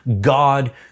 God